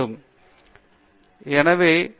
பேராசிரியர் பிரதாப் ஹரிதாஸ் கிரேட்